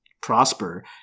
prosper